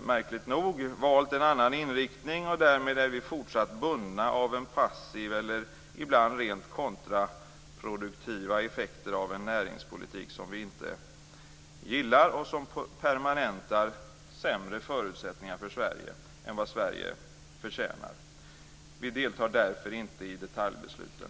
märkligt nog, valt en annan inriktning, och därmed är vi fortsatt bundna av en passivitet eller ibland rent av kontraproduktiva effekter av en näringspolitik som vi inte gillar och som permanentar sämre förutsättningar för Sverige än vad Sverige förtjänar. Vi deltar därför inte, fru talman, i detaljbesluten.